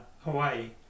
hawaii